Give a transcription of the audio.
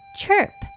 chirp